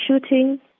shooting